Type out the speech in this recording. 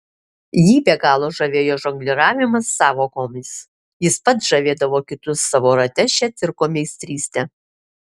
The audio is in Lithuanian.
jį be galo žavėjo žongliravimas sąvokomis jis pats žavėdavo kitus savo rate šia cirko meistryste